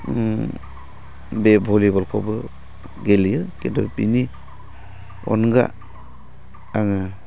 बे भलिबलखौबो गेलेयो खिन्थु बिनि अनगा आङो